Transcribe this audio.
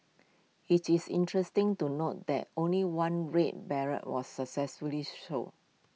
IT is interesting to note that only one red beret was successfully sold